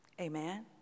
amen